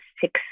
six